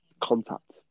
Contact